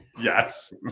Yes